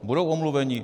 Budou omluveni?